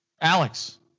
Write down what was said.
Alex